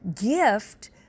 gift